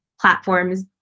platforms